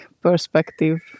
perspective